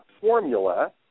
formula